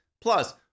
Plus